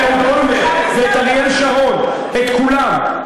את אהוד אולמרט ואת אריאל שרון, את כולם.